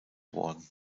worden